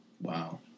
Wow